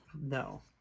No